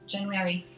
January